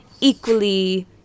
equally